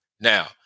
now